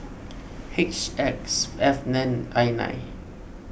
H X F N I nine